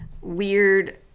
weird